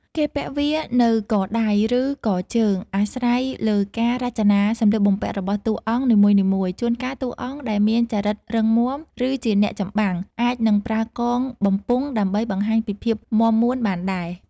គេពាក់វានៅកដៃ ឬកជើង អាស្រ័យលើការរចនាសម្លៀកបំពាក់របស់តួអង្គនីមួយៗ ជួនកាលតួអង្គដែលមានចរិតរឹងមាំ ឬជាអ្នកចម្បាំង អាចនឹងប្រើកងបំពង់ដើម្បីបង្ហាញពីភាពមាំមួនបានដែរ។